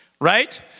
right